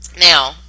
Now